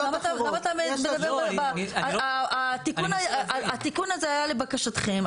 למה אתה מדבר, התיקון הזה היה לבקשתכם.